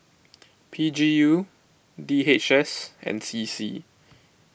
P G U D H S and C C